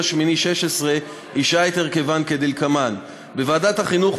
2 באוגוסט 2016 אישרה את הרכבן כדלקמן: ועדת החינוך,